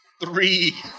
three